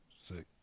Sick